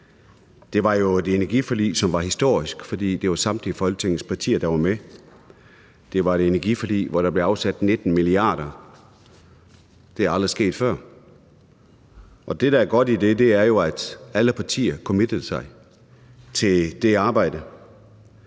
Det var jo et energiforlig, som var historisk, fordi det var samtlige Folketingets partier, der var med. Det var et energiforlig, hvor der blev afsat 19 mia. kr. Det er aldrig sket før. Det, der er godt i det, er jo, at alle partier committede sig til det arbejde.